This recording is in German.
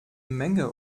menge